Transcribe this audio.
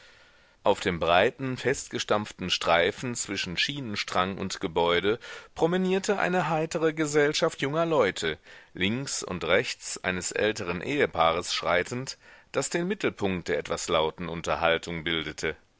auf dem breiten festgestampften streifen zwischen schienenstrang und gebäude promenierte eine heitere gesellschaft junger leute links und rechts eines älteren ehepaares schreitend das den mittelpunkt der etwas lauten unterhaltung bildete